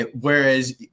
Whereas